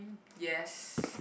yes